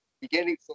beginning